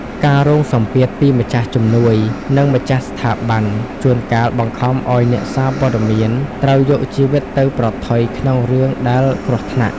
ការរងសម្ពាធពីម្ចាស់ជំនួយ និងម្ចាស់ស្ថាប័ន ជួនកាលបង្ខំឱ្យអ្នកសារព័ត៌មានត្រូវយកជីវិតទៅប្រថុយក្នុងរឿងដែលគ្រោះថ្នាក់។